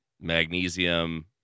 Magnesium